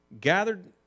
Gathered